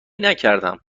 نکردم